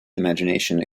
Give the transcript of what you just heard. imagination